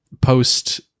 post